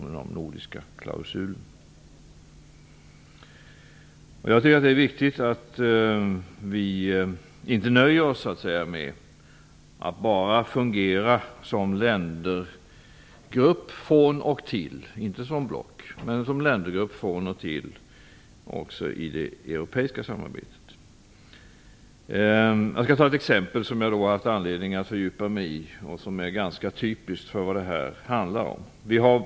Det är viktigt att vi också i det europeiska samarbetet inte nöjer oss med att från och till bara fungera som ländergrupp - jag menar inte som block utan som ländergrupp. Låt mig ta ett exempel som jag har haft anledning att fördjupa mig i. Det är ganska typiskt för vad det hela handlar om.